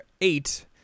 eight